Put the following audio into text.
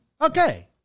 Okay